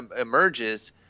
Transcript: emerges